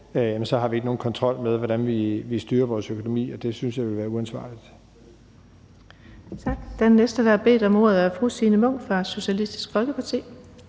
så ikke har nogen kontrol med, hvordan vi styrer vores økonomi, og det synes jeg jo ville være uansvarligt.